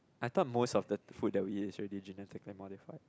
I thought most of the food that we eat is already genetical modified